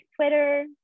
Twitter